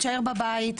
תישאר בבית,